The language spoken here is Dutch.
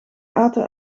aten